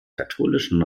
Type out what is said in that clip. katholischen